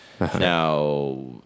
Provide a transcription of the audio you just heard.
Now